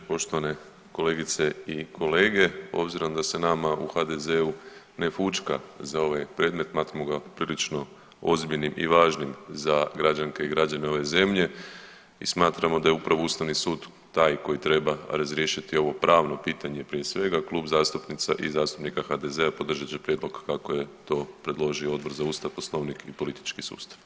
Poštovane kolegice i kolege obzirom da se nama u HDZ-u ne fućka za ovaj predmet smatramo ga prilično ozbiljnim i važnim za građanke i građane ove zemlje i smatramo da je upravo Ustavni sud taj koji treba razriješiti ovo pravno pitanje prije svega Klub zastupnica i zastupnika HDZ-a podržat će prijedlog kako je to predložio Odbor za Ustav, Poslovnik i politički sustav.